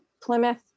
Plymouth